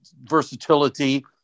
versatility